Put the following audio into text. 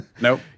Nope